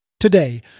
Today